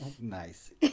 Nice